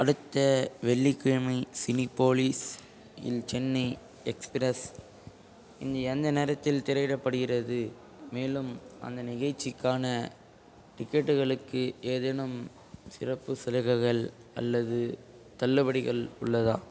அடுத்த வெள்ளிக்கிழமை சினிபோலிஸ் இல் சென்னை எக்ஸ்ப்ரஸ் எந்த நேரத்தில் திரையிடப்படுகிறது மேலும் அந்த நிகழ்ச்சிக்கான டிக்கெட்டுகளுக்கு ஏதேனும் சிறப்பு சலுகைகள் அல்லது தள்ளுபடிகள் உள்ளதா